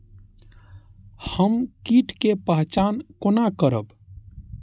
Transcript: हम कीट के पहचान कोना करब?